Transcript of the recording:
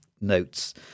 notes